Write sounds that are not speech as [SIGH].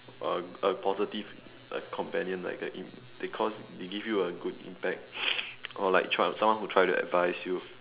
a a positive uh companion like a because it give you a good impact [NOISE] or like try someone who try to advise you